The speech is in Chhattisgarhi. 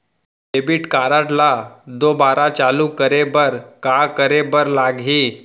डेबिट कारड ला दोबारा चालू करे बर का करे बर लागही?